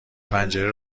پنجره